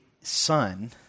son